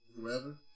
whoever